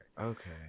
Okay